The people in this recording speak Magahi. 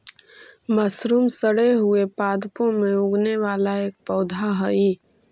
मशरूम सड़े हुए पादपों में उगने वाला एक पौधा हई